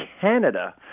Canada